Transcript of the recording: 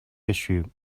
issue